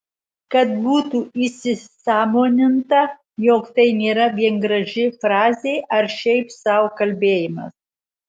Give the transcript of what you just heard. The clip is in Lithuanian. kad būtų įsisąmoninta jog tai nėra vien graži frazė ar šiaip sau kalbėjimas